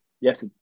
yes